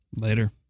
Later